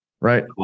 right